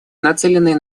нацеленные